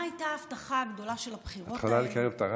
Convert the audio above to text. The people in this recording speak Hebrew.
מה הייתה ההבטחה הגדולה של הבחירות האלה?